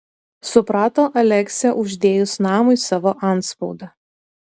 suprato aleksę uždėjus namui savo antspaudą